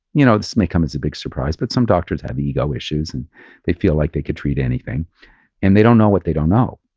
you know this may come as a big surprise, but some doctors have ego issues and they feel like they could treat anything and they don't know what they don't know.